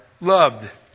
loved